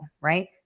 Right